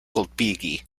kulpigi